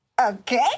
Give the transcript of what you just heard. okay